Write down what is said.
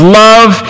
love